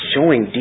Showing